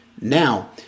Now